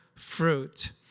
Fruit